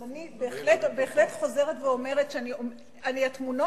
אבל אני בהחלט חוזרת ואומרת שהתמונות